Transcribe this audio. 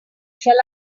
shall